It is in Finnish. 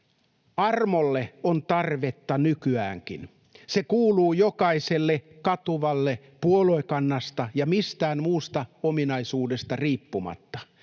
”Armolle on tarvetta nykyäänkin. Se kuuluu jokaiselle katuvalle puoluekannasta ja mistään muusta ominaisuudesta riippumatta.